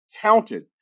counted